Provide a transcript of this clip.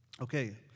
Okay